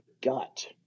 gut